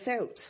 out